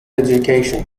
education